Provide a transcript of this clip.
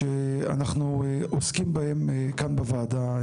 שאנחנו עוסקים בהם, בפרט כמובן, כאן בוועדה.